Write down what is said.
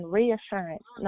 reassurance